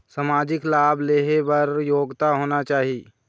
सामाजिक लाभ लेहे बर का योग्यता होना चाही?